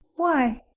why,